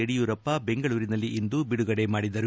ಯಡಿಯೂರಪ್ಪ ಬೆಂಗಳೂರಿನಲ್ಲಿಂದು ಬಿಡುಗಡೆ ಮಾಡಿದರು